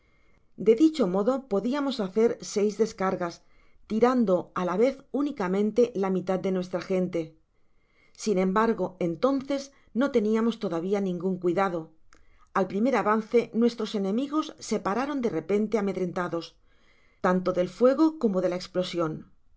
de dicho modo podiamos hacer seis descargas tirando á la vez únicamente la mitad de nuestra gente sin embargo entonces no teniamos todavía ningun cuidado al primer avance nuestros enemigos se pararon de repente amedrentados tanto del fuego como de a esplosion cuatro de